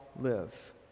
live